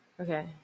okay